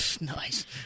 Nice